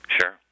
Sure